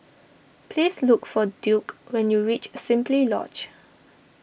please look for Duke when you reach Simply Lodge